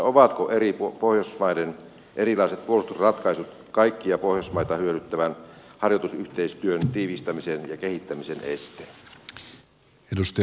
ovatko eri pohjoismaiden erilaiset puolustusratkaisut kaikkia pohjoismaita hyödyttävän harjoitusyhteistyön tiivistämisen ja kehittämisen este